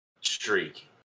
streak